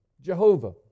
Jehovah